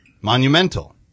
Monumental